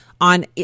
on